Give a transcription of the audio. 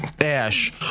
ash